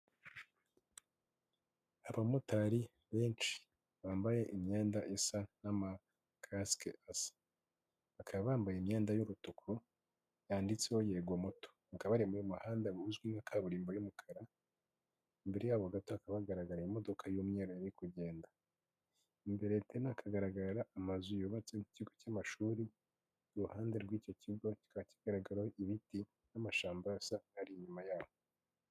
Abamotari benshi bambaye imyenda isa n'amakasike asa, bakaba bambaye imyenda y'urutuku yanditseho yego moto mu muhanda uzwi nka kaburimbo y'umukara, imbere yabo gato hakaba hagaragaye imodoka y'umweru yari iri kugenda, imbere hagaragara amazu yubatse n'ikigo cy'amashuri iruhande rw'icyo kigo kikaba kigaragaraho ibiti n'amashyamba ari inyuma yaho.